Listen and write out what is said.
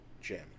Jim